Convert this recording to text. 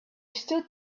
stood